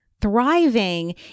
Thriving